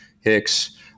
Hicks